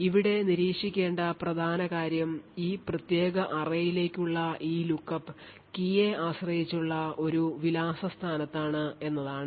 ഇവിടെ നിരീക്ഷിക്കേണ്ട പ്രധാന കാര്യം ഈ പ്രത്യേക array യിലേക്കുള്ള ഈ look up കീയെ ആശ്രയിച്ചുള്ള ഒരു വിലാസ സ്ഥാനത്താണ് എന്നതാണ്